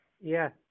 Yes